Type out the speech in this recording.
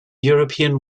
european